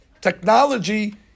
technology